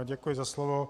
Děkuji za slovo.